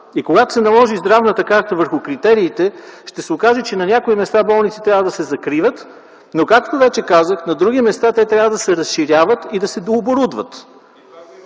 И когато се наложи здравната карта върху критериите, ще се окаже, че на някои места болници трябва да се закриват, но, както вече казах, на други места те трябва да се разширяват и да се дооборудват.